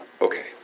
okay